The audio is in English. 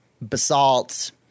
basalt